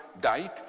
died